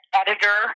editor